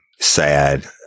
sad